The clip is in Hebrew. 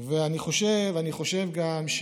אני חושב גם,